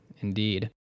Indeed